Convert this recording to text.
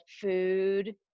food